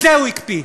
את זה הוא הקפיא.